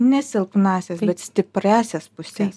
ne silpnąsias bet stipriąsias puses